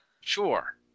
Sure